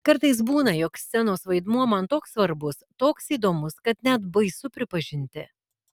kartais būna jog scenos vaidmuo man toks svarbus toks įdomus kad net baisu pripažinti